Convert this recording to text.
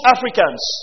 Africans